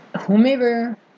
whomever